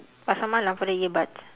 pasar malam for the earbuds